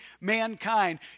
mankind